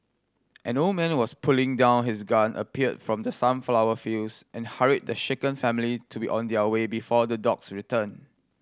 an old man was putting down his gun appeared from the sunflower fields and hurried the shaken family to be on their way before the dogs return